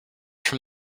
from